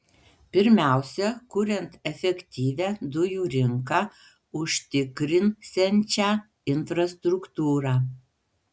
pirmiausia kuriant efektyvią dujų rinką užtikrinsiančią infrastruktūrą